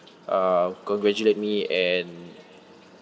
uh congratulate me and